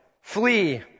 Flee